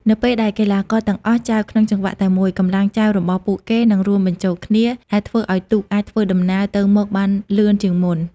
នៅពេលដែលកីឡាករទាំងអស់ចែវក្នុងចង្វាក់តែមួយ កម្លាំងចែវរបស់ពួកគេនឹងរួមបញ្ចូលគ្នា ដែលធ្វើឲ្យទូកអាចធ្វើដំណើរទៅមុខបានលឿនជាងមុន។